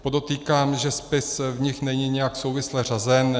Podotýkám, že spis v nich není nijak souvisle řazen.